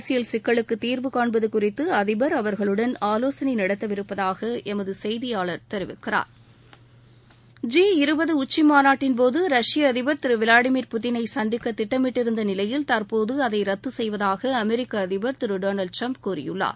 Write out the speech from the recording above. அரசியல் சிக்கலுக்கு தீர்வுகாண்பது குறித்து அதிபர் அவர்களுடன் ஆவோசனை நடத்தவிருப்பதாக எமது செய்தியாளர் தெரிவிக்கிறார் ஜி இருபது உச்சி மாநாட்டின்போது ரஷ்ய அதிபர் திரு விளாடிமீர் புட்டினை சந்திக்க திட்டமிட்டிருந்த நிலையில் தற்போது அதை ரத்து செய்வதாக அமெரிக்க அதிபர் திரு டொனால்டு டிரம்ப் கூறியுள்ளார்